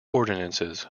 ordinances